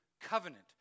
covenant